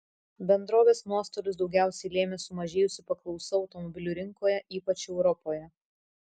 bendrovės nuostolius daugiausiai lėmė sumažėjusi paklausa automobilių rinkoje ypač europoje